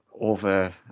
over